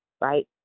right